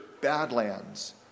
badlands